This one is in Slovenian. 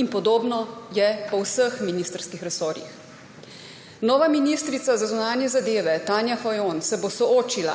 In podobno je po vseh ministrskih resorjih. Nova ministrica za zunanje zadeve Tanja Fajon se bo soočila